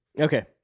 Okay